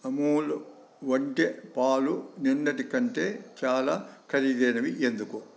అమూల్ ఒంటె పాలు నిన్నటి కంటే చాలా ఖరీదైనవి ఎందుకు